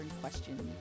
questions